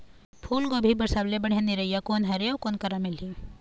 फूलगोभी बर सब्बो ले बढ़िया निरैया कोन हर ये अउ कोन करा मिलही?